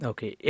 Okay